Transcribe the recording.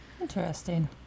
interesting